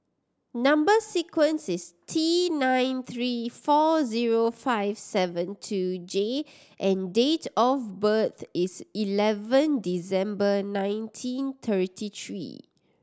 number sequence is T nine three four zero five seven two J and date of birth is eleven December nineteen thirty three